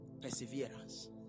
Perseverance